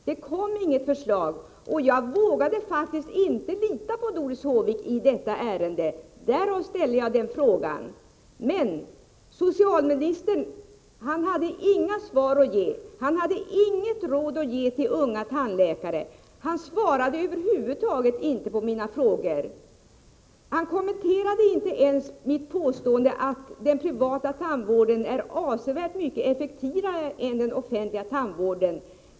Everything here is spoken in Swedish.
Det kom inget förslag, och jag vågade faktiskt inte lita på Doris Håvik i detta ärende. Därför ställde jag min fråga. Men socialministern hade inget råd att ge unga tandläkare. Han svarade över huvud taget inte på mina frågor. Han kommenterade inte ens mitt påstående att den privata tandvården är avsevärt effektivare än den offentliga tandvården.